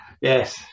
yes